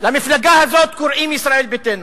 למפלגה הזאת קוראים ישראל ביתנו.